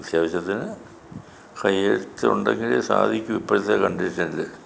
അത്യാവശ്യത്തിന് കൈയ്യെഴുത്തുണ്ടെങ്കിലേ സാധിക്കു ഇപ്പോഴത്തെ കണ്ടീഷനിൽ